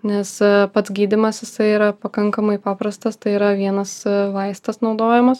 nes pats gydymas jisai yra pakankamai paprastas tai yra vienas vaistas naudojamas